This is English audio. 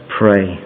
pray